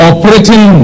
Operating